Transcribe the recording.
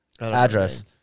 address